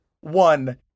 one